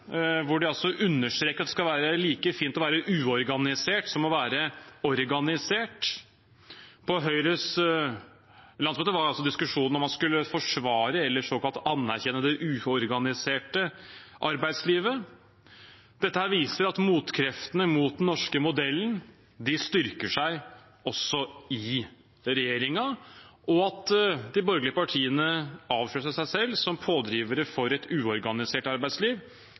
hvor de understreker at det skal være like fint å være uorganisert som å være organisert. På Høyres landsmøte var diskusjonen om man skulle forsvare – eller såkalt anerkjenne – det uorganiserte arbeidslivet. Dette viser at motkreftene mot den norske modellen styrker seg også i regjeringen, og at de borgerlige partiene avslører seg selv som pådrivere for et uorganisert arbeidsliv